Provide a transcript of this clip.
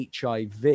hiv